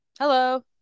Hello